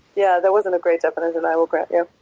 yeah, that wasn't a great definition, i will grant you.